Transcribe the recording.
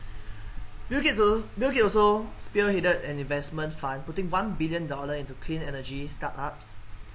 bill gates also bill gates also spearheaded an investment fund putting one billion dollar into clean energy start ups